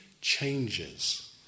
changes